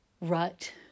rut